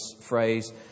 phrase